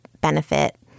benefit